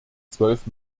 zwölf